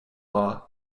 law